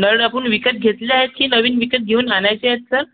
नळ आपण विकत घेतले आहेत की नवीन विकत घेऊन आणायचे आहेत सर